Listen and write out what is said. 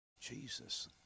Jesus